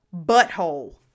Butthole